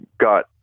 got